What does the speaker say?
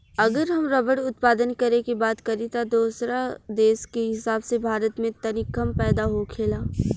अगर हम रबड़ उत्पादन करे के बात करी त दोसरा देश के हिसाब से भारत में तनी कम पैदा होखेला